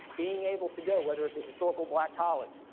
being able to go, whether it's a historically black college,